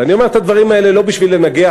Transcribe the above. ואני אומר את הדברים האלה לא בשביל לנגח